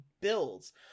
builds